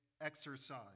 exercise